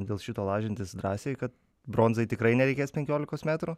dėl šito lažintis drąsiai kad bronzai tikrai nereikės penkiolikos metrų